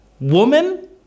Woman